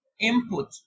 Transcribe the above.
input